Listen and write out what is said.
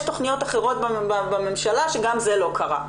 יש תכניות אחרות בממשלה שגם זה לא קרה.